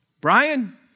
Brian